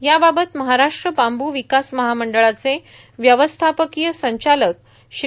याबाबत महाराष्ट्र बांबू विकास महामंडळाचे व्यवस्थापकीय संचालक श्री